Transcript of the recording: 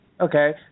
Okay